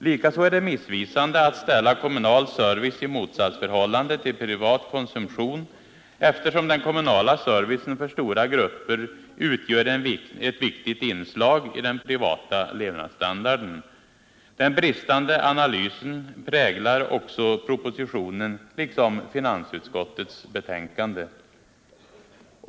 Likaså är det missvisande att ställa kommunal service i motsatsförhållande till privat konsumtion, eftersom den kommunala servicen för stora grupper utgör ett viktigt inslag i den privata levnadsstandarden. Den bristande analysen präglar också propositionen, liksom finansutskottets betänkande.